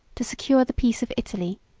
to secure the peace of italy,